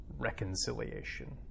reconciliation